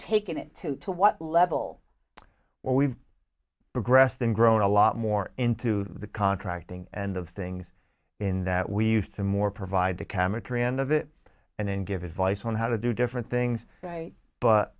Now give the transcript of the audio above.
taken it to to what level where we've progressed and grown a lot more into the contracting and of things in that we used to more provide the chemical end of it and then give advice on how to do different things but